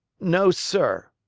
no, sir,